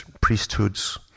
priesthoods